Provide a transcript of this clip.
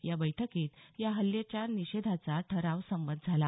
या बैठकीत या हल्ल्याच्या निषेधाचा ठराव संमत झाला